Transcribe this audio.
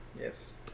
Yes